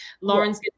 Lauren's